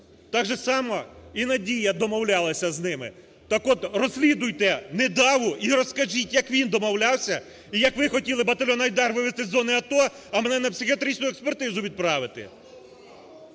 домовлялися і Надія домовлялася з ними. Так от, розслідуйте Недаву і розкажіть, як він домовлявся і як ви хотіли батальйон "Айдар" вивести з зони АТО, а мене на психіатричну експертизу відправити.